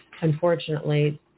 unfortunately